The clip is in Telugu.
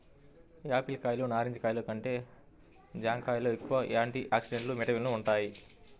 యాపిల్ కాయలు, నారింజ కాయలు కంటే జాంకాయల్లోనే ఎక్కువ యాంటీ ఆక్సిడెంట్లు, విటమిన్లు వుంటయ్